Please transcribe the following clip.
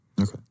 Okay